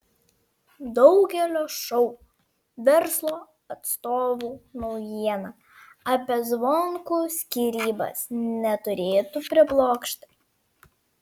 daugelio šou verslo atstovų naujiena apie zvonkų skyrybas neturėtų priblokšti